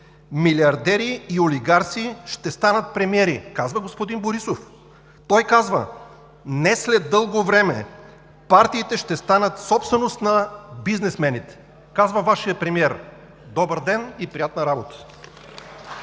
милиардери и олигарси ще станат премиери.“ Казва господин Борисов! Той казва: „Не след дълго време партиите ще станат собственост на бизнесмените.“ Казва Вашият премиер. Добър ден и приятна работа!